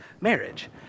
marriage